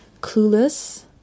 clueless